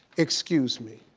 excuse me,